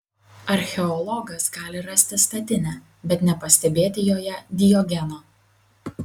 archeologas gali rasti statinę bet nepastebėti joje diogeno